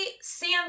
Sam